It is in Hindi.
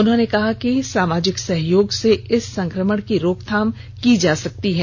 उन्होंने कहा कि हम सामाजिक सहयोग से इस संकमण की रोकथाम कर सकते हैं